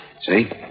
See